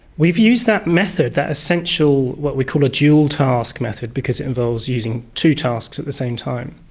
we've used that method, that essential what we call a dual task method because it involves using two tasks at the same time,